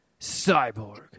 Cyborg